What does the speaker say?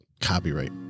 copyright